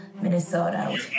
Minnesota